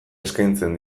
eskaintzen